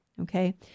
okay